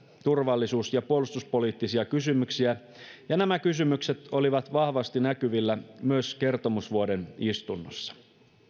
turvallisuus ja puolustuspoliittisia kysymyksiä ja nämä kysymykset olivat vahvasti näkyvillä myös kertomusvuoden istunnossa